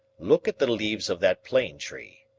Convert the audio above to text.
look at the leaves of that plane tree.